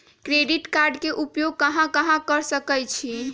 Credit card के उपयोग कहां कहां कर सकईछी?